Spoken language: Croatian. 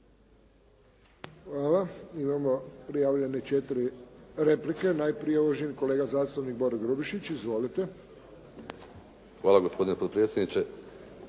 Hvala. Imamo prijavljene četiri replike. Najprije uvaženi kolega zastupnik Boro Grubišić. Izvolite. **Grubišić, Boro